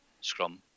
scrum